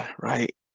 right